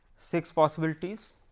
six possibilities,